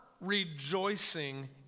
rejoicing